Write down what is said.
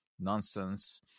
nonsense